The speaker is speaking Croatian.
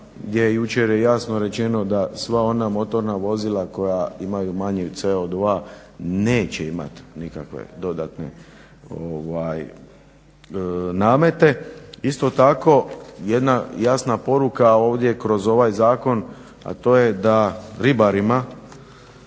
gdje jučer je jasno rečeno da sva ona motorna vozila koja imaju manji CO2 neće imati nikakve dodatne namete. Isto tako jedna jasna poruka ovdje kroz ovaj zakon a to je da ribarima,